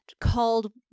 called